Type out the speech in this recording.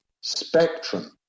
Spectrum